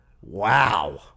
wow